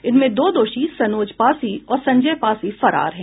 इनमें दो दोषी सनोज पासी और संजय पासी फरार हैं